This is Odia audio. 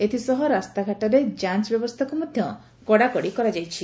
ଏଥିସହ ରାସ୍ତାଘାଟରେ ଯାଞ ବ୍ୟବସ୍ତାକୁ ମଧ କଡ଼ାକଡ଼ି କରାଯାଇଛି